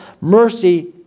Mercy